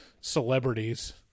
celebrities